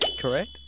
Correct